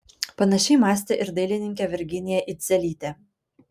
panašiai mąstė ir dailininkė virginija idzelytė